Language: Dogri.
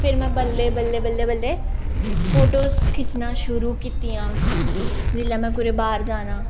फिर में बल्लें बल्लें बल्लें बल्लें फोटोज खिच्चना शुरू कीतियां जिसलै में कुतै बाह्र जाना